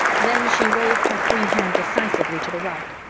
then she waved her free hand decisively to the right.